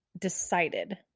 decided